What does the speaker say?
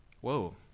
whoa